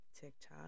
TikTok